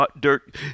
dirt